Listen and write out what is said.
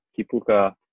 Kipuka